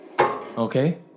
Okay